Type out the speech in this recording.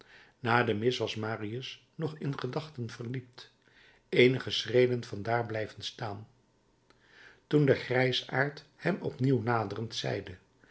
na de mis was marius nog in gedachten verdiept eenige schreden van daar blijven staan toen de grijsaard hem opnieuw naderend zeide